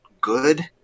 good